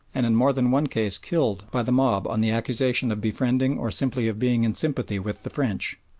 and in more than one case killed, by the mob on the accusation of befriending or simply of being in sympathy with the french.